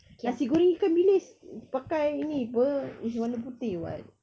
nasi goreng ikan bilis pakai ini [pe] is warna putih [what]